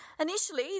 Initially